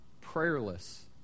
prayerless